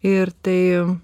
ir tai